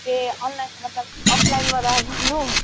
ए online मतलब अफलाइनबाट गर्नु